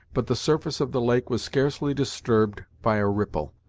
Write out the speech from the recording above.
but the surface of the lake was scarcely disturbed by a ripple.